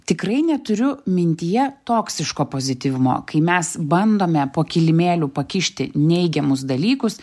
tikrai neturiu mintyje toksiško pozityvumo kai mes bandome po kilimėliu pakišti neigiamus dalykus